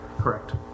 Correct